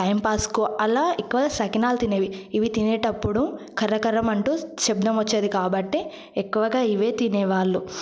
టైంపాస్కో అలా ఎక్కువ సకినాలు తినేవి ఇవి తినేటప్పుడు కరకరమంటూ శబ్దం వచ్చేది కాబట్టి ఎక్కువగా ఇవే తినేవాళ్లు